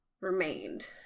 remained